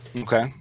okay